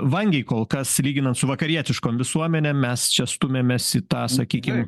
vangiai kol kas lyginant su vakarietiškom visuomenėm mes čia stumiamės į tą sakykim